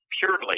purely